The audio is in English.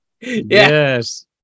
Yes